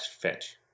fetch